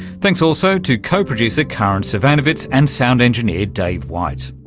thanks also to co-producer karin zsivanovits and sound engineer dave white.